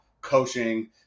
coaching